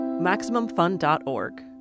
MaximumFun.org